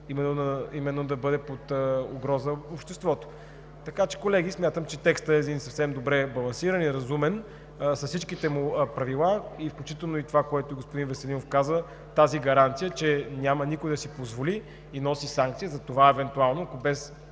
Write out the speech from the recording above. да бъде под угроза. Колеги, смятам, че текстът е съвсем балансиран и разумен с всичките му правила, включително и това, което господин Веселинов каза – тази гаранция, че никой няма да си позволи и носи санкция за това евентуално, ако без